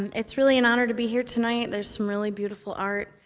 it's really an honor to be here tonight there's some really beautiful art,